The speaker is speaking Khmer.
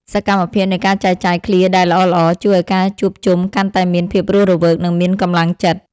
សកម្មភាពនៃការចែកចាយឃ្លាដែលល្អៗ ជួយឱ្យការជួបជុំកាន់តែមានភាពរស់រវើក និងមានកម្លាំងចិត្ត។